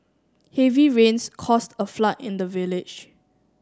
heavy rains caused a flood in the village